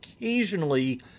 occasionally